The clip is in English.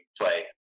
play